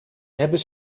hebben